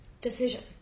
decision